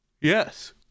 Yes